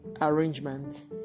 arrangement